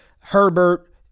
Herbert